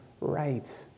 right